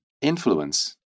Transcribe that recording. influence